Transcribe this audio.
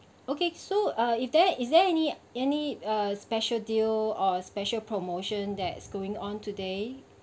okay so uh if there is there any any uh special deal or a special promotion that is going on today